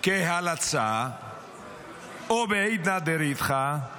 כהלצה או בעידנא דריתחא,